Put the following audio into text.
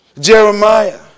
Jeremiah